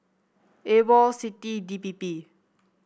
AWOL CITI and D P P